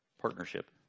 partnership